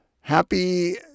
Happy